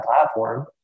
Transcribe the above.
platform